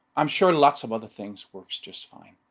i'm sure lots of other things works just fine.